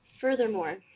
Furthermore